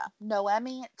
Noemi